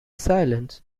silence